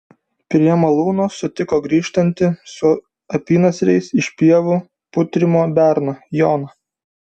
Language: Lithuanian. prie malūno sutiko grįžtantį su apynasriais iš pievų putrimo berną joną